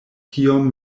tiom